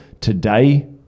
today